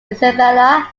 isabela